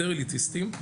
יותר אליטיסטיים,